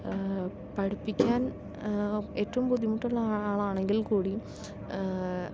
പഠിപ്പിക്കാൻ ഏറ്റവും ബുദ്ധിമുട്ടുള്ള ആളാണെങ്കിൽ കൂടി